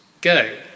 go